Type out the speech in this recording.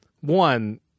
one